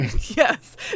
Yes